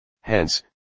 Hence